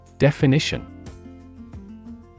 Definition